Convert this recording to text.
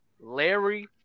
Larry